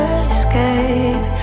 escape